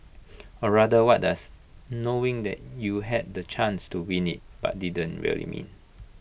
or rather what does knowing that you had the chance to win IT but didn't really mean